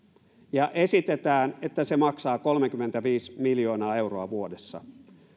ja esitetään että se maksaa kolmekymmentäviisi miljoonaa euroa vuodessa